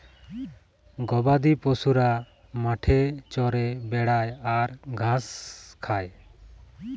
গবাদি পশুরা মাঠে চরে বেড়ায় আর ঘাঁস খায়